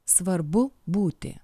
svarbu būti